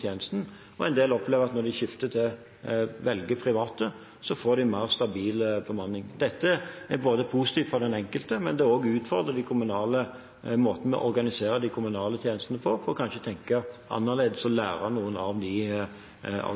tjenesten. En del opplever at når de velger private, får de en mer stabil bemanning. Dette er positivt for den enkelte, men det utfordrer måten vi organiserer de kommunale tjenestene på. En får kanskje tenke annerledes og lære av noen av